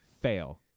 Fail